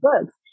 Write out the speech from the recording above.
books